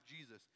Jesus